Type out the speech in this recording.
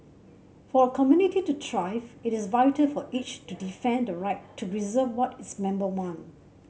for a community to thrive it is vital for each to defend the right to preserve what its member want